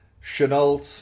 Chenault